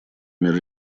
мер